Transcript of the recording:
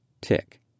tick